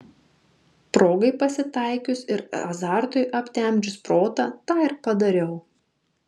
progai pasitaikius ir azartui aptemdžius protą tą ir padariau